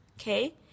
okay